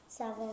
Seven